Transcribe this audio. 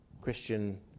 Christian